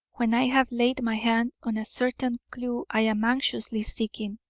when i have laid my hand on a certain clew i am anxiously seeking.